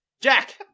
Jack